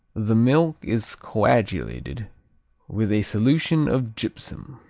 the milk is coagulated with a solution of gypsum